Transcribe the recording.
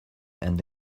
and